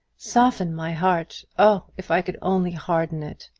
soften my heart! oh, if i could only harden it!